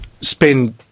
spend